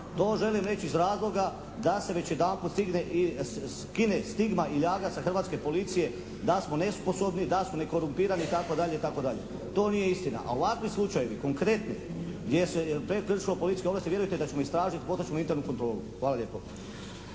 vam želim reći iz razloga da se već jedanput skine stigma i ljaga sa hrvatske policije da smo nesposobni, da smo nekorumpirani itd. To nije istina. A ovakvi slučajevi, konkretni, gdje su se prekršile policijske ovlasti, vjerujte da ćemo istražiti, poslat ćemo internu kontrolu. Hvala lijepo.